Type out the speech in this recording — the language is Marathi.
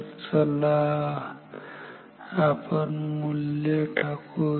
तर चला आपण मूल्य टाकू